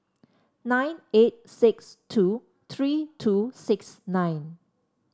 nine eight six two three two six nine